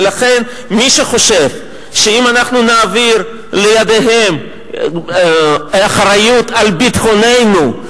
ולכן מי שחושב שאם אנחנו נעביר לידיהם אחריות על ביטחוננו,